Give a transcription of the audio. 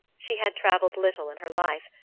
she had travelled little in her life,